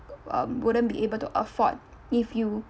um wouldn't be able to afford if you